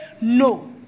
no